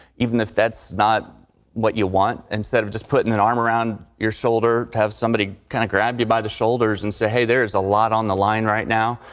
even if that's not what you want. instead of just putting an arm around your shoulder to have somebody kind of grab you by the shoulders and say there's a lot on the line right now.